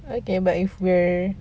okay but if we're